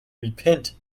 repent